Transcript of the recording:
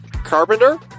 Carpenter